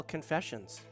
Confessions